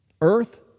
Earth